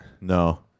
No